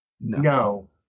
No